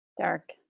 Dark